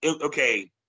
okay